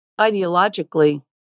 ideologically